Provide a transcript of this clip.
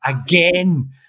again